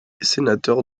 sénateurs